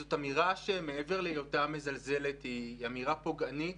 זאת אמירה שמעבר להיותה מזלזלת היא אמירה פוגענית